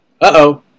Uh-oh